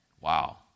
Wow